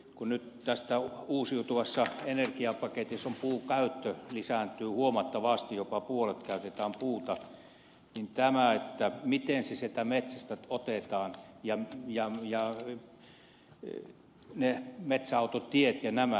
kun nyt tässä uusiutuvan energian paketissa puun käyttö lisääntyy huomattavasti jopa puolet käytetään puuta niin miten se sieltä metsästä otetaan ja metsäautotiet ja nämä